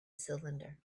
cylinder